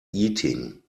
eating